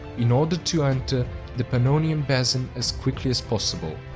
in order to enter the pannonian basin as quickly as possible.